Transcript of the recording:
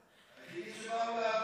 היחידים שבאו לעבוד.